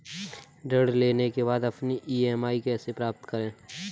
ऋण लेने के बाद अपनी ई.एम.आई कैसे पता करें?